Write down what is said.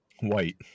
White